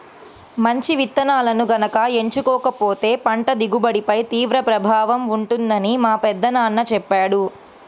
మంచి విత్తనాలను గనక ఎంచుకోకపోతే పంట దిగుబడిపై తీవ్ర ప్రభావం ఉంటుందని మా పెదనాన్న చెప్పాడు